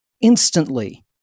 instantly